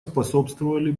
способствовали